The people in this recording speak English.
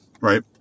right